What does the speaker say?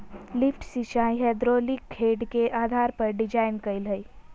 lift सिंचाई hydraulic head के आधार पर डिजाइन कइल हइ